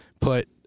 put